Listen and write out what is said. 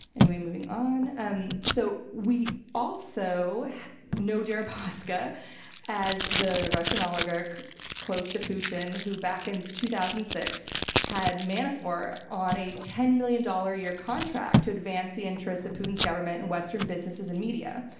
anyway, moving on. and so we also know deripaska as the russian oligarch close to putin, who back in two thousand and six had manafort on a ten million dollar a year contract to advance the interests of putin's government and western businesses and media.